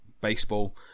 baseball